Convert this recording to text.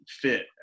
fit